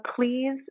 please